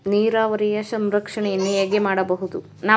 ನೀರಾವರಿಯ ಸಂರಕ್ಷಣೆಯನ್ನು ಹೇಗೆ ಮಾಡಬಹುದು?